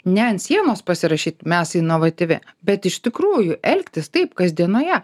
ne ant sienos pasirašyt mes inovatyvi bet iš tikrųjų elgtis taip kasdienoje